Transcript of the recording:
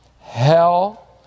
hell